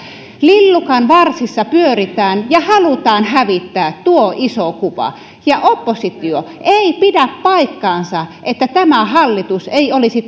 lillukanvarsissa pyöritään ja halutaan hävittää tuo iso kuva ja oppositio ei pidä paikkaansa että tämä hallitus ei olisi